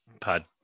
pod